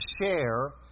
share